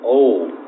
old